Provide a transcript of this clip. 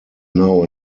now